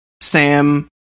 Sam